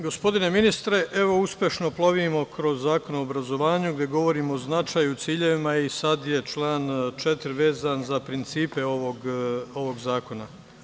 Gospodine ministre, evo, uspešno plovimo kroz Zakon o obrazovanju gde govorimo o značaju, ciljevima i sada je član 4. vezan za principe ovog zakona.